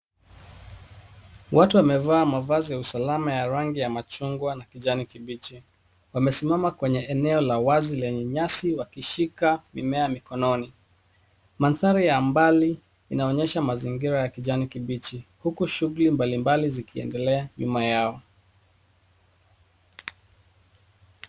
Watu wamevaa mavazi ya usalama ya rangi ya machungwa na kijani kibichi. Wamesimama kwenye eneo la wazi lenye nyasi wakishika mimea mikononi. Mandhari ya mbali inaonyesha mazingira ya kijani kibichi huku shughuli mbalimbali zikiendelea nyuma yao.